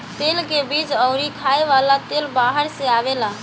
तेल के बीज अउरी खाए वाला तेल बाहर से आवेला